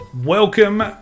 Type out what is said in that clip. welcome